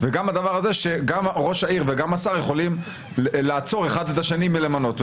וגם הדבר הזה שגם ראש העיר וגם השר יכולים לעצור אחד את השני מלמנות.